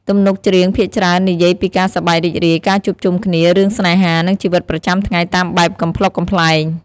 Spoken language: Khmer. ទំនុកច្រៀងភាគច្រើននិយាយពីការសប្បាយរីករាយ ការជួបជុំគ្នា រឿងស្នេហា និងជីវិតប្រចាំថ្ងៃតាមបែបកំប្លុកកំប្លែង។